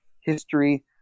history